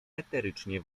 eterycznie